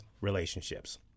relationships